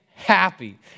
Happy